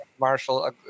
Marshall